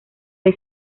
rey